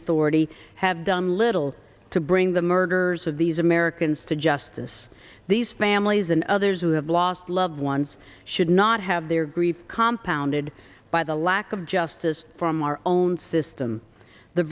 authority have done little to bring the murderers of these americans to justice these families and others who have lost loved ones should not have their grief calm pounded by the lack of justice from our own system the